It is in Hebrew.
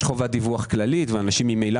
יש שם חובת דיווח כללית ואנשים מילא